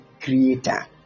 Creator